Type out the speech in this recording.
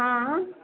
ହଁ